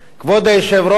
כבוד היושב-ראש.